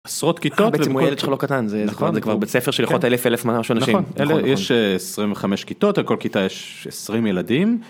עשרות כיתות. בעצם, הילד שלך לא קטן, זה כבר... נכון. בבית ספר שיכול להיות אלף, אלף ומשהו אנשים. נכון. נכון. 25 כיתות, על כל כיתה יש 20 ילדים.